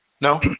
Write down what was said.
No